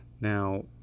Now